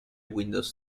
windows